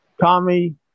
Tommy